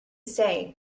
say